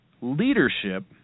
Leadership